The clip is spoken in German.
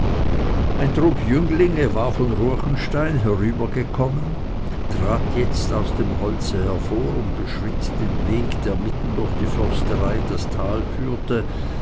ein trupp jünglinge war von ruechenstein herübergekommen trat jetzt aus dem holze hervor und beschritt den weg der mitten durch die försterei in das tal führte